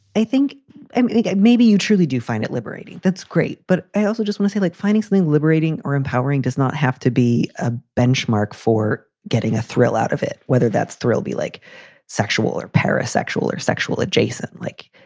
i think and think maybe you truly do find it liberating. that's great. but i also just wanna say, like, finding something liberating or empowering does not have to be a benchmark for getting a thrill out of it. whether that's thrill be like sexual or paris, sexual or sexual adjacent. like,